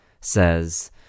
says